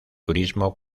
turismo